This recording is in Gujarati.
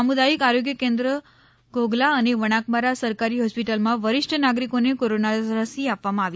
સામુદાયિક આરોગ્ય કેન્દ્ર ઘોઘલા અને વણાકબારા સરકારી હોસ્પિટલમાં વરીષ્ઠ નાગરીકોને કોરોના રસી આપવામાં આવી